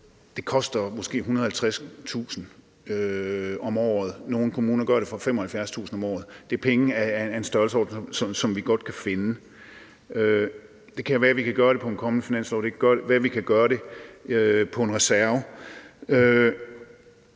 Det koster måske 150.000 kr. om året – nogle kommuner gør det for 75.000 kr. om året – og det er penge af en størrelsesorden, som vi godt kan finde. Det kan jo være, at vi kan gøre det i en kommende finanslov, og det kan være, at vi kan gøre det med en reserve.